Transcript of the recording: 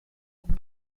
come